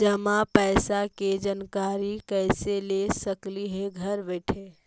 जमा पैसे के जानकारी कैसे ले सकली हे घर बैठे?